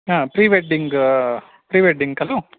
prewedding prewedding खलु